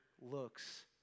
looks